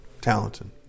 talented